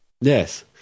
yes